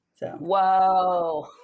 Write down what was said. whoa